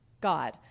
God